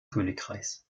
königreichs